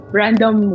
random